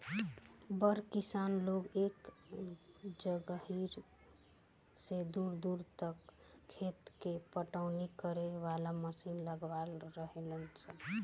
बड़ किसान लोग एके जगहिया से दूर दूर तक खेत के पटवनी करे वाला मशीन लगवले रहेलन